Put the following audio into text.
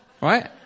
right